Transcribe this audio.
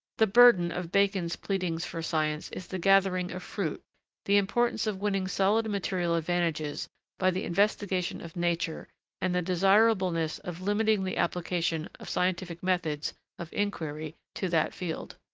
the burden of bacon's pleadings for science is the gathering of fruit' the importance of winning solid material advantages by the investigation of nature and the desirableness of limiting the application of scientific methods of inquiry to that field.